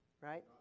right